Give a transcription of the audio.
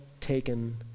taken